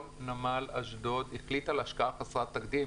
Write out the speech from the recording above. נמל אשדוד החליט על השקעה חסרת תקדים.